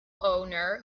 owner